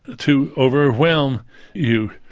to overwhelm you.